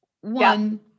One